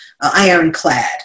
ironclad